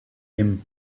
him